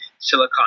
Silicon